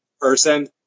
person